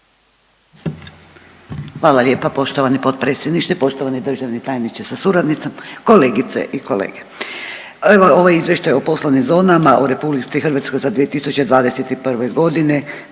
Hvala lijepa poštovani potpredsjedniče. Poštovani državni tajniče sa suradnicom, kolegice i kolege, evo ovaj Izvještaj o poslovnim zonama u Republici Hrvatskoj za 2021. godine